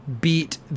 beat